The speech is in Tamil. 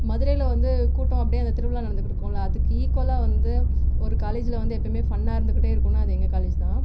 மதுரையில் வந்து கூட்டம் அப்டே அந்த திருவிழா நடந்துக்கிட்டு இருக்கும்ல அதுக்கு ஈக்குவலாக வந்து ஒரு காலேஜில் வந்து எப்பயுமே ஃபன்னாக இருந்துக்கிட்டே இருக்குதுன்னா அது எங்கள் காலேஜ் தான்